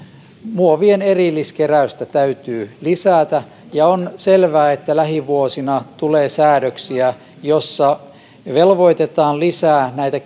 muovien erilliskeräystä täytyy lisätä ja on selvää että lähivuosina tulee säädöksiä joissa velvoitetaan lisää näitä